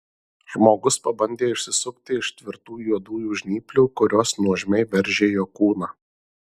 žmogus pabandė išsisukti iš tvirtų juodųjų žnyplių kurios nuožmiai veržė jo kūną